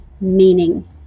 meaning